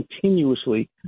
continuously